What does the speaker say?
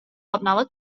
آبنبات